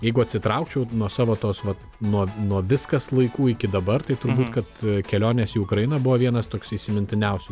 jeigu atsitraukčiau nuo savo tos vat nuo nuo viskas laikų iki dabar tai turbūt kad kelionės į ukrainą buvo vienas toks įsimintiniausių